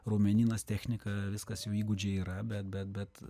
raumenynas technika viskas jau įgūdžiai yra bet bet bet